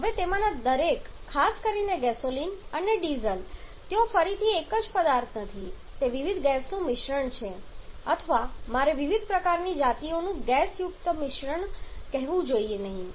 હવે તેમાંના દરેક ખાસ કરીને ગેસોલિન અને ડીઝલ તેઓ ફરીથી એક જ પદાર્થ નથી તે વિવિધ ગેસનું મિશ્રણ છે અથવા મારે વિવિધ પ્રકારની જાતિઓનું ગેસયુક્ત મિશ્રણ કહેવું જોઈએ નહીં